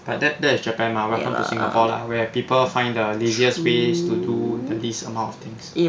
but that that is japan mah welcome to singapore lah where people find the laziest ways to do the least amount of things